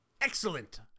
Excellent